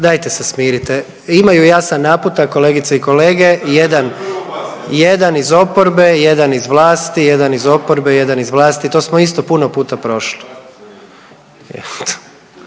Dajte se smirite! Imaju jasan naputak kolegice i kolege. Jedan iz oporbe, jedan iz vlasti, jedan iz oporbe, jedan iz vlasti. To smo isto puno puta prošli.